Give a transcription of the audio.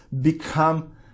become